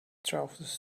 trousers